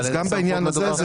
גם בעניין הזה,